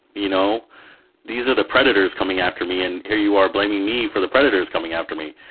you know these are the predators coming after me and here you are blaming me for the predators coming after me.